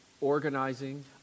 Organizing